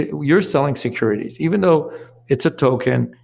you're selling securities. even though it's a token,